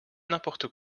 n’importe